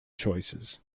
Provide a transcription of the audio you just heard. choices